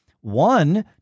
One